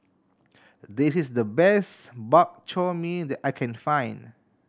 this is the best Bak Chor Mee that I can find